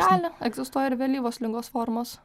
gali egzistuoja ir vėlyvos ligos formos